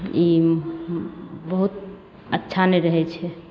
ई बहुत अच्छा नहि रहय छै